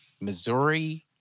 Missouri